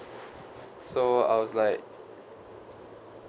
so I was like